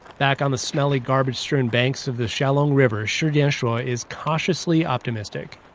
back on the smelly garbage-strewn banks of the xiaolong river, shi dianshou ah is cautiously optimistic.